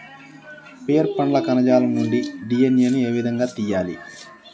Pear పండ్ల కణజాలం నుండి డి.ఎన్.ఎ ను ఏ విధంగా తియ్యాలి?